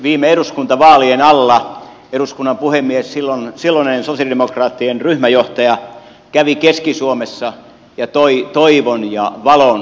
viime eduskuntavaalien alla eduskunnan puhemies silloinen sosialidemokraattien ryhmäjohtaja kävi keski suomessa ja toi toivon ja valon siihen maakuntaan